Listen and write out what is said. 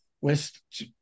West